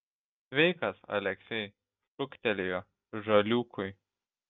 sveikas aleksej šūktelėjo žaliūkui